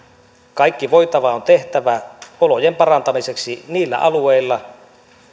kaikki voitava on tehtävä olojen parantamiseksi niillä alueilla